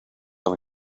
oedd